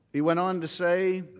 he went on to say